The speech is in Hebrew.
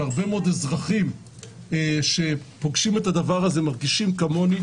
והרבה מאוד אזרחים שפוגשים את הדבר הזה מרגישים כמוני,